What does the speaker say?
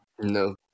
no